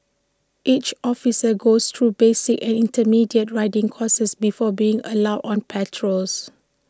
each officer goes through basic and intermediate riding courses before being allowed on patrols